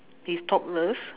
he's topless